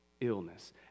illness